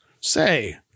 say